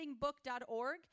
givingbook.org